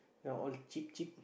now all cheap cheap